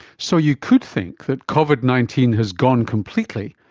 so you could think that covid nineteen has gone completely,